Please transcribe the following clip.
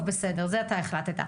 את זה אתה החלטת.